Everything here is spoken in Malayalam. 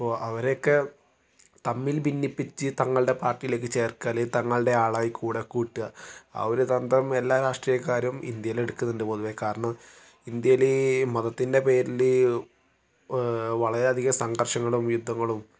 അപ്പോൾ അവരെയൊക്കെ തമ്മിൽ ഭിന്നിപ്പിച്ച് തങ്ങളുടെ പാർട്ടിയിലേക്ക് ചേർക്കുക അല്ലെങ്കിൽ തങ്ങളുടെ ആളായി കൂടെ കൂട്ടുക ആ ഒരു തന്ത്രം എല്ലാ രാഷ്ട്രീയക്കാരും ഇന്ത്യയിൽ എടുക്കുന്നുണ്ട് പൊതുവേ കാരണം ഇന്ത്യയിൽ മതത്തിന്റെ പേരിൽ വളരെയധികം സംഘർഷങ്ങളും യുദ്ധങ്ങളും